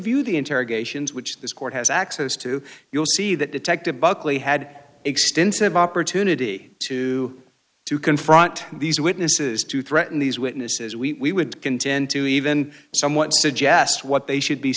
the interrogations which this court has access to you'll see that detective buckley had extensive opportunity to to confront these witnesses to threaten these witnesses we would contend to even somewhat suggest what they should be